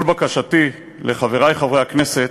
כל בקשתי לחברי חברי הכנסת: